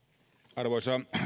arvoisa